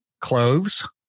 clothes